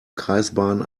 kreisbahnen